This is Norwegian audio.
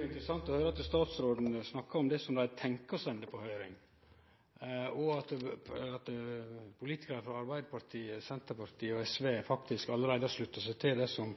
interessant å høyre at statsråden snakkar om det dei tenkjer å sende på høyring, og at politikarar frå Arbeidarpartiet, Senterpartiet og SV faktisk allereie sluttar seg til det som